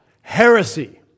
heresy